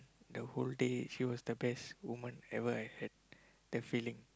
the whole day she was the best woman ever I had that feeling